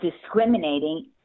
discriminating